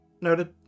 noted